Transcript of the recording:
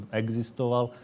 existoval